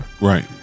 Right